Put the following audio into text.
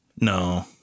No